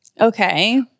Okay